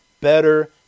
better